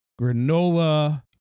granola